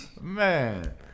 Man